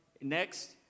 Next